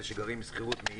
אלה שגרים בשכירות,